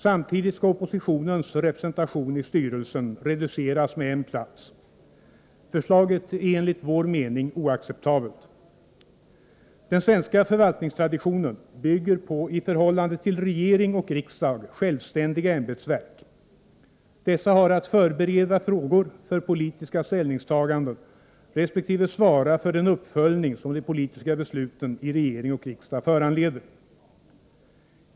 Samtidigt skall oppositionens representation i styrelsen reduceras med en plats. Förslaget är enligt vår mening oacceptabelt. Den svenska förvaltningstraditionen bygger på i förhållande till regering och riksdag självständiga ämbetsverk. Dessa ämbetsverk har att förbereda frågor för politiska ställningstaganden resp. svara för den uppföljning som de politiska besluten i regering och riksdag föranleder.